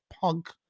punk